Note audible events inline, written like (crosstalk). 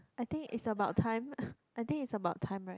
I think it's about time (breath) I think it's about time right